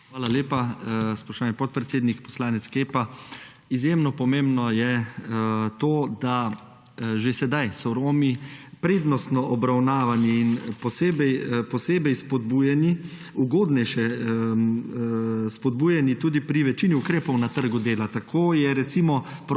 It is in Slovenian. Hvala lepa. Spoštovani podpredsednik, poslanec Kepa! Izjemno pomembno je to, da že sedaj so Romi prednostno obravnavani in posebej spodbujani, ugodnejše spodbujani tudi pri večini ukrepov na trgu dela. Recimo